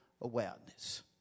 awareness